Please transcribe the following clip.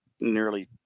nearly